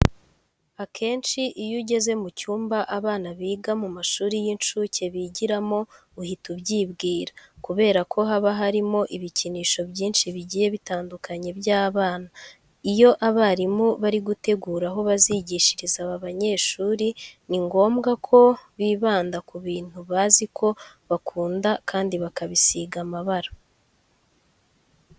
Akenshi iyo ugeze mu cyumba abana biga mu mashuri y'inshuke bigiramo uhita ubyibwira kubera ko haba harimo ibikinisho byinshi bigiye bitandukanye by'abana. Iyo abarimu bari gutegura aho bazigishiriza aba banyeshuri, ni ngombwa ko bibanda ku bintu bazi ko bakunda kandi bakabisiga amabara.